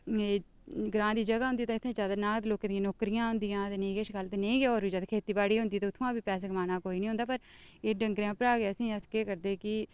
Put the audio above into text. अ ग्रांऽ दी जगह होंदी ते इत्थै जैदा नां लोकें दियां नौकरियां होंदियां ते नेईं किश गल्ल ते नेईं गै होर किश खेती बाड़ी होंदी तां उत्थुआं बी पैसे कमाना कोई निं होंदा पर एह् डंगरें उप्परा गै असें ई अस केह् करदे कि साढ़े